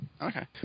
Okay